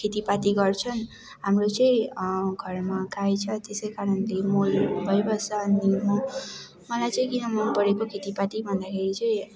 खेतीपाती गर्छन् हाम्रो चाहिँ घरमा गाई छ त्यसै कारणले मल भइबस्छ अन्त म मलाई चाहिँ किन मन परेको खेतीपाती भन्दाखेरि चाहिँ